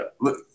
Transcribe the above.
look